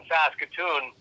Saskatoon